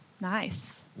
Nice